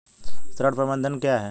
ऋण प्रबंधन क्या है?